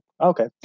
okay